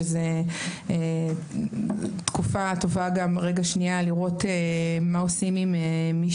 שזאת תקופה טובה לראות מה עושים עם מי